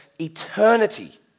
eternity